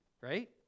right